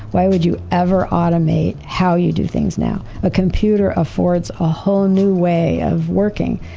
why would you ever automate how you do things now. a computer affords a whole new way of working.